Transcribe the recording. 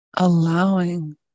Allowing